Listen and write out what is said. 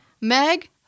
Meg